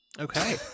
okay